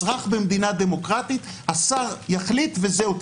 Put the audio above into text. אזרח במדינה דמוקרטית השר יחליט וזהו,